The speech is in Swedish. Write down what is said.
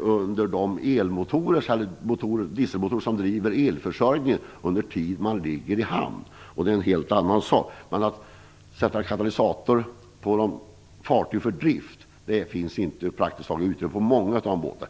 under de dieselmotorer som svarar för elförsörjningen under den tid som fartyget ligger i hamn. Det är en helt annan sak. Utrymme för att sätta in katalysatorer på fartyg för drift finns inte på många båtar.